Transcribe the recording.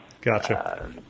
Gotcha